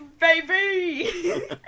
baby